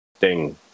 Ding